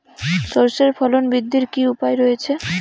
সর্ষের ফলন বৃদ্ধির কি উপায় রয়েছে?